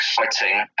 exciting